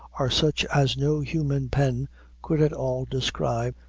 are such as no human pen could at all describe,